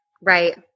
Right